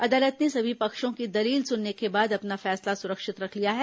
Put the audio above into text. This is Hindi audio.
अदालत ने सभी पक्षों की दलील सुनने के बाद अपना फैसला सुरक्षित रख लिया है